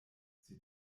sie